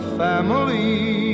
family